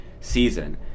season